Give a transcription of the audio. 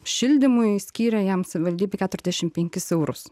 šildymui skyrė jam savivaldybė keturiasdešim penkis eurus